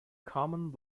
common